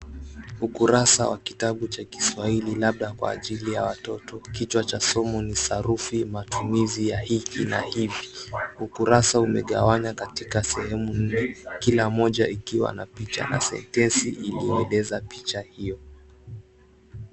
Ukurasa wa kitabu cha kiswahili labda kwa ajili ya watoto kichwa cha sumu ni sarufi, matumizi ya hiki na hivi. Ukurasa umegawanywa katika sehemu hili, kila moja ikiwa na picha na sentensi iliyoeleza picha hiyo.